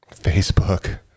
Facebook